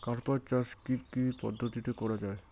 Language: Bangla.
কার্পাস চাষ কী কী পদ্ধতিতে করা য়ায়?